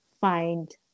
find